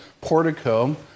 portico